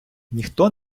ніхто